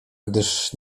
gdyż